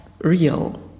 real